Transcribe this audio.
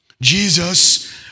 Jesus